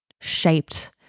shaped